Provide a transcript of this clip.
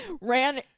Ran